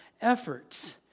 efforts